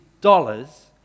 dollars